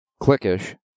Clickish